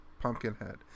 Pumpkinhead